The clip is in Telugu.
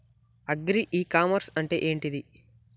అగ్రి ఇ కామర్స్ అంటే ఏంటిది?